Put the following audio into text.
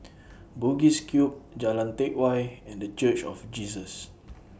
Bugis Cube Jalan Teck Whye and The Church of Jesus